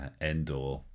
endor